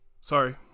Sorry